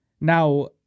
Now